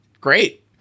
Great